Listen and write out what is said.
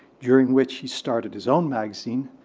during which he started his own magazine,